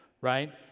right